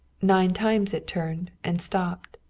nine times it turned, and stopped.